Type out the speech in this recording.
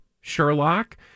Sherlock